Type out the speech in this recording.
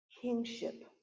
kingship